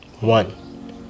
One